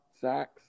sacks